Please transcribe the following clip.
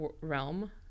realm